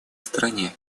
стороне